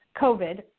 COVID